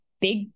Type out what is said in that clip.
big